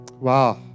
Wow